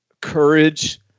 courage